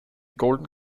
golden